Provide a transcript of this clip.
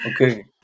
Okay